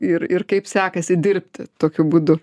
ir ir kaip sekasi dirbti tokiu būdu